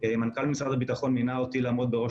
מנכ"ל משרד הביטחון מינה אותי לעמוד בראש